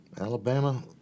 Alabama